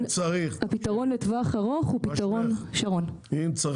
הפתרון לטווח הארוך הוא --- אם צריך